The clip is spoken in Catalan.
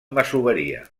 masoveria